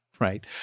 Right